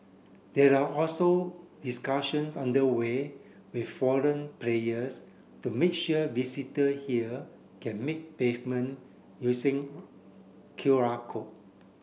there are also discussions under way with foreign players to make sure visitor here can make pavement using Q R code